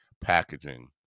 packaging